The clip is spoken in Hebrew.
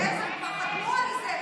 הם כבר חתמו על זה.